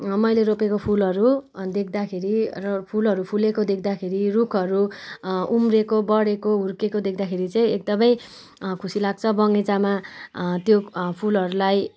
मैले रोपेको फुलहरू देख्दाखेरि र फुलहरू फुलेको देख्दाखेरि रुखहरू उम्रेको बढेको हुर्केको देख्दाखेरि चाहिँ एकदमै खुसी लाग्छ बगैँचामा त्यो फुलहरूलाई